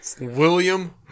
William